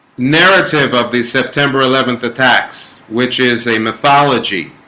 narrative of the september eleventh attacks which is a mythology